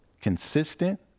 consistent